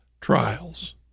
trials